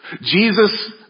Jesus